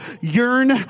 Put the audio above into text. yearn